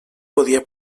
podia